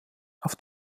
auf